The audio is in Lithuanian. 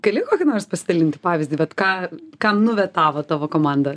gali kokį nors pasidalinti pavyzdį vat ką ką nuvetavo tavo komanda